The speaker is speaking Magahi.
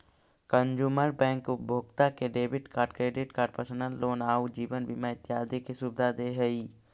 कंजूमर बैंक उपभोक्ता के debit card, credit card, personal loan आउ जीवन बीमा इत्यादि के सुविधा दे हइ